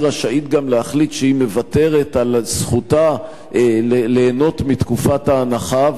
היא רשאית גם להחליט שהיא מוותרת על זכותה ליהנות מתקופת ההנחה,